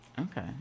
Okay